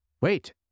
Wait